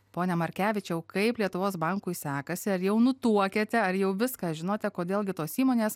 pone merkevičiau kaip lietuvos bankui sekasi ar jau nutuokiate ar jau viską žinote kodėl gi tos įmonės